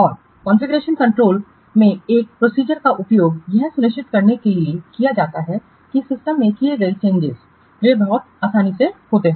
और configuration control में इस प्रोसीजरका उपयोग यह सुनिश्चित करने के लिए किया जाता है कि सिस्टम में किए गए चेंजिंस वे बहुत आसानी से होते हैं